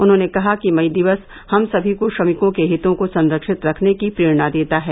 उन्होंने कहा कि मई दिवस हम सभी को श्रमिकों के हितों को संरक्षित रखने की प्रेरणा देता है